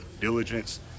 diligence